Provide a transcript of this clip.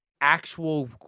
actual